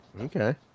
Okay